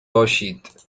باشید